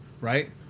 right